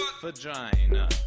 Vagina